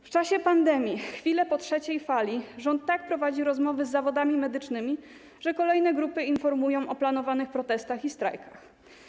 W czasie pandemii, chwilę po trzeciej fali, rząd tak prowadzi rozmowy z przedstawicielami zawodów medycznych, że kolejne grupy informują o planowanych protestach i strajkach.